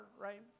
Right